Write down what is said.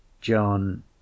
John